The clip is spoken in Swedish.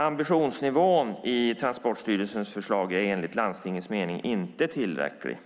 Ambitionsnivån i Transportstyrelsens förslag är enligt landstingens mening inte tillräcklig.